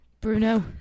Bruno